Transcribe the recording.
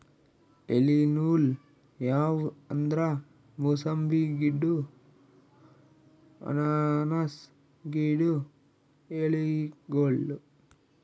ಎಲಿ ನೂಲ್ ಯಾವ್ ಅಂದ್ರ ಮೂಸಂಬಿ ಗಿಡ್ಡು ಅನಾನಸ್ ಗಿಡ್ಡು ಎಲಿಗೋಳು